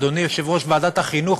אדוני יושב-ראש ועדת החינוך,